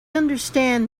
understand